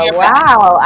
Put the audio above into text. wow